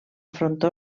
frontó